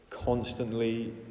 Constantly